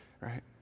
right